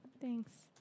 Thanks